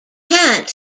kant